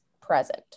present